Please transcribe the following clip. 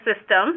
system